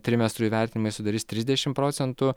trimestrų įvertinimai sudarys trisdešimt procentų